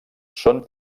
són